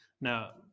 Now